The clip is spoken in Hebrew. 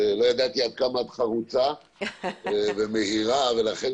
לא ידעתי עד כמה את חרוצה ומהירה ולכן